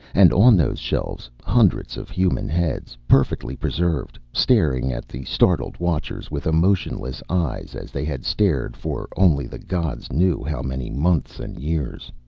and on those shelves hundreds of human heads, perfectly preserved, stared at the startled watchers with emotionless eyes, as they had stared for only the gods knew how many months and years.